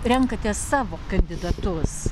renkatės savo kandidatus